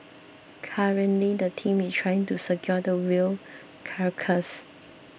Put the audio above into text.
currently the team is trying to secure the whale carcass